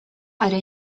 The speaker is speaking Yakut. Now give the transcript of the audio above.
эрэ